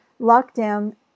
lockdown